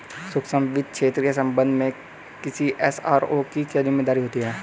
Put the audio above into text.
सूक्ष्म वित्त क्षेत्र के संबंध में किसी एस.आर.ओ की क्या जिम्मेदारी होती है?